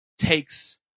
takes